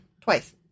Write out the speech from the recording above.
Twice